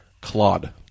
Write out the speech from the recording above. Claude